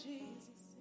Jesus